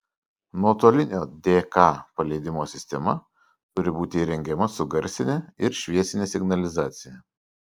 nuotolinio dk paleidimo sistema turi būti įrengiama su garsine ir šviesine signalizacija